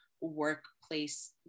workplace